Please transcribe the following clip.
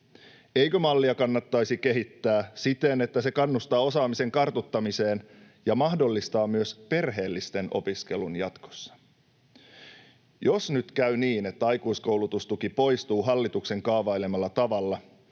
Eikö mallia kannattaisi kehittää siten, että se kannustaa osaamisen kartuttamiseen ja mahdollistaa myös perheellisten opiskelun jatkossa? Jos nyt käy niin, että aikuiskoulutustuki poistuu hallituksen kaavailemalla tavalla,